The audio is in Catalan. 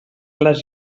les